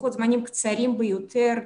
לוחות זמנים קצרים ביותר,